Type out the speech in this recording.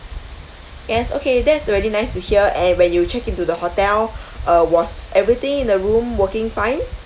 yes okay that's really nice to hear and when you check into the hotel uh was everything in the room working fine